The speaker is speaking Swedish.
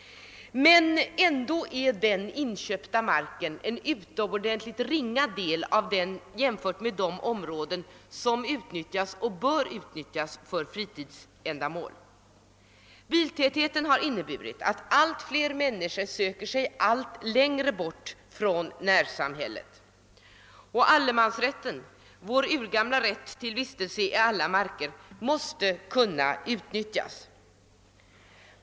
Men den mark som inköps för detta ändamål är en utomordentligt ringa del av den mark som faktiskt utnyttjas och bör utnyttjas för fritidsändamål. Biltätheten har medfört att allt fler människor söker sig allt längre bort från närsamhället. Allemansrätten, vår urgamla rätt att vistas i alla marker, måste kunna utnyttjas.